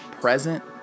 present